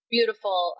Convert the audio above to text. Beautiful